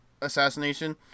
assassination